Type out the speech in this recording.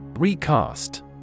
Recast